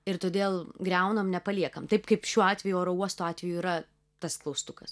ir todėl griaunam nepaliekam taip kaip šiuo atveju oro uosto atveju yra tas klaustukas